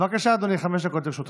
בבקשה, אדוני, חמש דקות לרשותך.